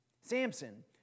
Samson